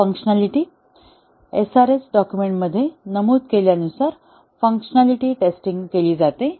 functionality SRS document मध्ये नमूद केल्यानुसार फंकशनॅलिटी टेस्टिंग केली जाते